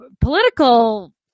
political